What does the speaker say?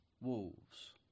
wolves